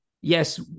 yes